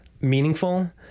meaningful